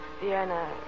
Vienna